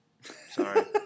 sorry